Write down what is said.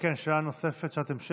כן, שאלה נוספת, שאלת המשך,